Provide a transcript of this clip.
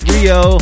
Rio